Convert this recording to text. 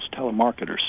telemarketers